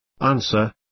Answer